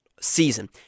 season